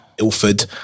Ilford